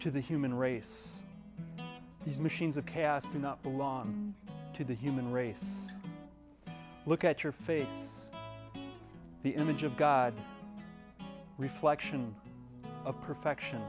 to the human race these machines of chaos do not belong to the human race look at your face the image of god reflection of perfection